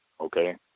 Okay